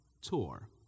tour